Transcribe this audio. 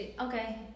okay